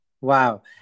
Wow